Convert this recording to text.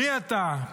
מי אתה,